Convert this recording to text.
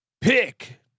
pick